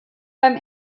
beim